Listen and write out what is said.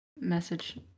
message